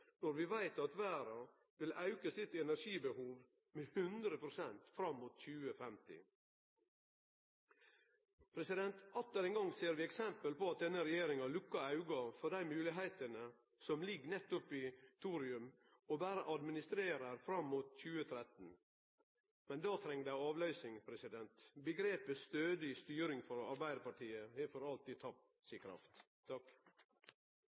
når vi veit at verda vil auke sitt energibehov med 100 pst. fram mot 2050? Atter ein gong ser vi eksempel på at denne regjeringa lukkar auga for dei moglegheitene som ligg nettopp i thorium, og berre administrerer fram mot 2013. Men då treng dei avløysing. Omgrepet «stødig styring» har for Arbeidarpartiet for alltid